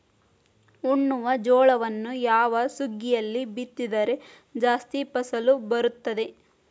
ಉಣ್ಣುವ ಜೋಳವನ್ನು ಯಾವ ಸುಗ್ಗಿಯಲ್ಲಿ ಬಿತ್ತಿದರೆ ಜಾಸ್ತಿ ಫಸಲು ಬರುತ್ತದೆ?